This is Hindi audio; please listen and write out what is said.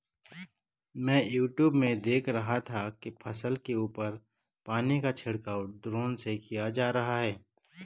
मैं यूट्यूब में देख रहा था कि फसल के ऊपर पानी का छिड़काव ड्रोन से किया जा रहा है